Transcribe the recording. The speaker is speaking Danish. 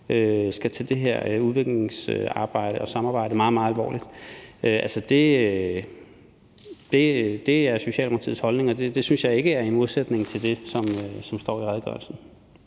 skal tage det her udviklingsarbejde og -samarbejde meget, meget alvorligt. Altså, det er Socialdemokratiets holdning, og det synes jeg ikke er i modsætning til det, som står i redegørelsen.